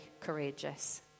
courageous